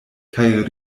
kaj